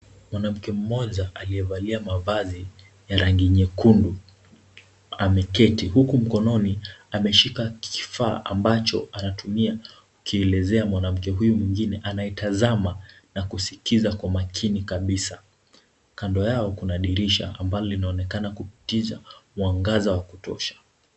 Mwanamke mmoja aliyevalia mavazi ya rangi nyekundu, ameketi huku mkononi ameshika kifaa ambacho anatumia kuelezea mwanamke huyu anayetazama na kusikiza kwa makini kabisa. Kando yao kuna dirisha ambalo linaonekana kupitiza mwangaza wa kutosha.